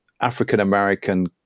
african-american